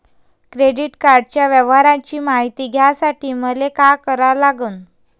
Credit कार्डाच्या व्यवहाराची मायती घ्यासाठी मले का करा लागन?